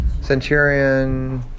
centurion